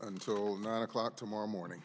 until nine o'clock tomorrow morning